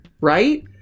right